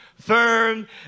firm